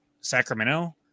Sacramento